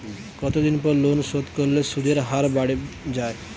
কতদিন পর লোন শোধ করলে সুদের হার বাড়ে য়ায়?